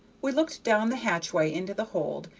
we looked down the hatchway into the hold,